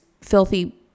filthy